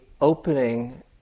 opening